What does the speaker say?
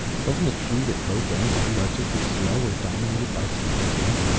wasn't it true that both ends of the artistic scale were dominated by simplicity?